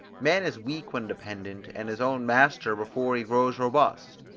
man is weak when dependent, and his own master before he grows robust.